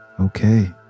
Okay